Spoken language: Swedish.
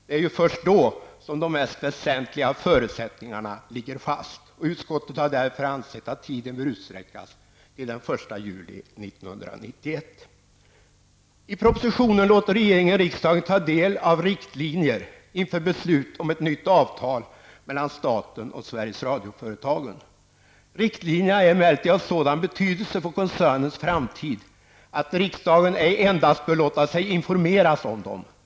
Det är ju först då som de mest väsentliga förutsättningarna ligger fast. Utskottet har därför ansett att tiden bör utsträckas till den 1 I propositionen låter regeringen riksdagen ta del av riktlinjer inför beslut om ett nytt avtal mellan staten och Sveriges Radioföretagen. Riktlinjerna är emellertid av sådan betydelse för koncernens framtid att riksdagen ej endast bör låta sig informeras om dem.